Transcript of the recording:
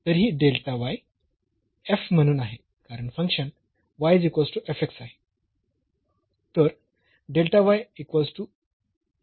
तर ही म्हणून आहे कारण फंक्शन आहे